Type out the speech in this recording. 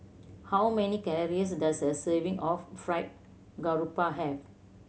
how many calories does a serving of Fried Garoupa have